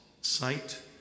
sight